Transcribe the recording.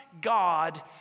God